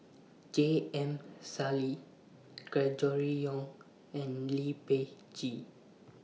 J M Sali Gregory Yong and Lee Peh Gee